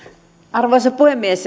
arvoisa puhemies